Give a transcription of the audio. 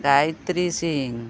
Gayatri Singh